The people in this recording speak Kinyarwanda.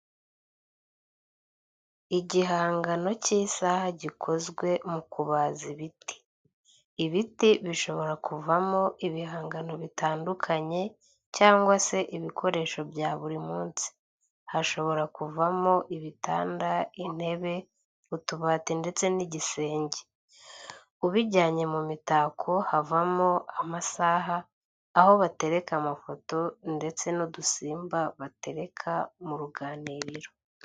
Igihangano cy'isaha gikozwe mu kubaza ibiti. Ibiti bishobora kuvamo ibihangano bitandukanye cyangwa se ibikoresho bya buri munsi, hashobora kuvamo ibitanda, intebe, utubati ndetse n'igisenge, ubijyanye mu mitako havamo amasaha, aho batereka amafoto ndetse n'udusimba batereka mu ruganiriro.